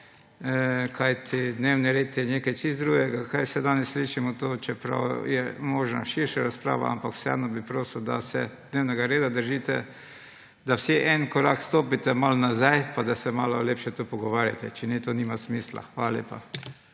Kajti dnevni red je nekaj čisto drugega. Kaj vse danes slišimo tukaj, čeprav je možna širša razprava, ampak vseeno bi prosil, da se dnevnega reda držite. Da vsi en korak stopite malo nazaj pa da se malo lepše tukaj pogovarjate, drugače to nima smisla. Hvala lepa.